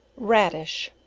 raddish,